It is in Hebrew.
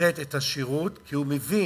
לתת את השירות כי הוא מבין